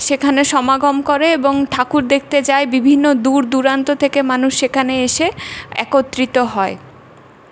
সেখানে সমাগম করে এবং ঠাকুর দেখতে যায় বিভিন্ন দূর দূরান্ত থেকে মানুষ সেখানে এসে একত্রিত হয়